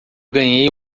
ganhei